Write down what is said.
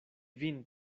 vin